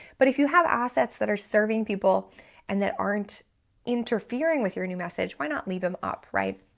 but if you have assets that are serving people and that aren't interfering with your new message, why not leave them up, right?